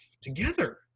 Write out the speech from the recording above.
together